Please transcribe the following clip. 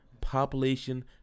Population